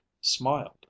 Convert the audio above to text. smiled